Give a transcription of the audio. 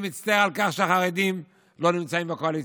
מצטער על כך שהחרדים לא נמצאים בקואליציה.